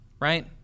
right